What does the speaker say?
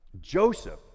joseph